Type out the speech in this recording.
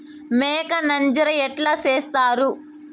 మేక నంజర ఎట్లా సేస్తారు?